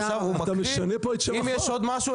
עכשיו הוא מקריא ואם יש עוד משהו,